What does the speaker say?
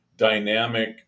dynamic